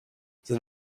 then